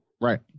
Right